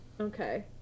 Okay